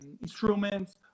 instruments